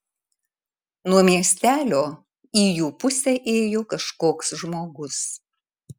nuo miestelio į jų pusę ėjo kažkoks žmogus